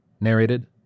narrated